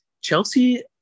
chelsea